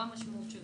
מה המשמעות של זה?